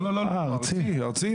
אל תפריע לי,